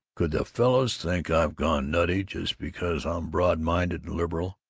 could the fellows think i've gone nutty just because i'm broad-minded and liberal?